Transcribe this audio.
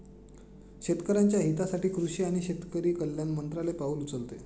शेतकऱ्याच्या हितासाठी कृषी आणि शेतकरी कल्याण मंत्रालय पाउल उचलते